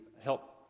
help